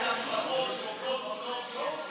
כשזרק את המשפחות שעובדות ממעונות יום?